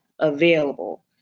available